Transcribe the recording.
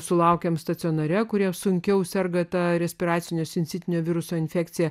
sulaukėme stacionare kurie sunkiau serga ta respiraciniu sincitiniu viruso infekcija